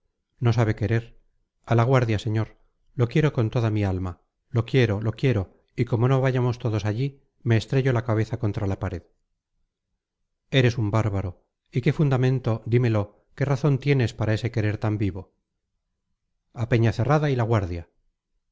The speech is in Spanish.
no sabe querer a la guardia señor lo quiero con toda mi alma lo quiero lo quiero y como no vayamos todos allí me estrello la cabeza contra la pared eres un bárbaro y qué fundamento dímelo qué razón tienes para ese querer tan vivo a peñacerrada y la guardia